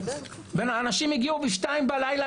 אנשים הגיעו ב-2 בלילה,